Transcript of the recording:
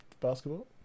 basketball